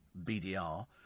BDR